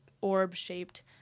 orb-shaped